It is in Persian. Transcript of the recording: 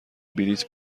بلیت